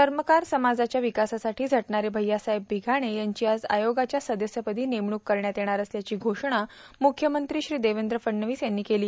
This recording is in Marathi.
चर्मकार समाजाच्या विकासासाठी झटणारे भैय्यासाहेब बिघाणे यांची आज आयोगाच्या सदस्यपदी नेमणूक करण्यात येणार असल्याची घोषणा म्ख्यमंत्री देवेंद्र फडणवीस यांनी केली